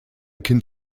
kind